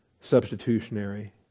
substitutionary